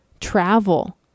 travel